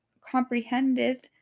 comprehended